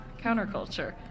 counterculture